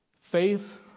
Faith